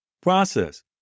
process